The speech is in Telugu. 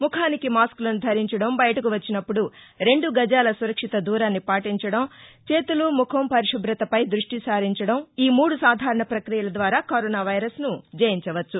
ముఖానికి మాస్కులను ధరించడం బయటకు వచ్చినప్పండు రెండు గజాల సురక్షిత దూరాన్ని పాటించడం చేతులు ముఖం పరిశుభ్రతపై దృష్టి సారించడం ఈ మూడు సాధారణ ప్రక్రియల ద్వారా కరోనా వైరస్ను జయించవచ్చు